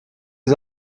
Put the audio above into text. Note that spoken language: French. des